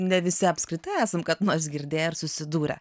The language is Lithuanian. ne visi apskritai esam kad nors girdėję ar susidūrę